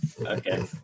Okay